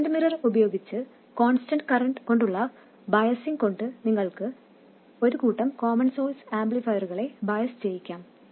current mirror ഉപയോഗിച്ച് constant current കൊണ്ടുള്ള biasing കൊണ്ട് നിങ്ങൾക്ക് ഒരു കൂട്ടം കോമൺ സോഴ്സ് ആംപ്ലിഫയറുകളെ ബയസ് ചെയ്യിക്കാം